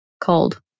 cold